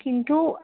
কিন্তু